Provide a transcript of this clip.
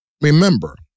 Remember